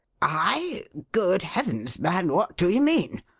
i? good heavens, man, what do you mean?